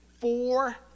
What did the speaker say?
Four